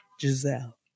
Giselle